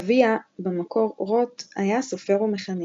אביה,, במקור רוט, היה סופר ומחנך.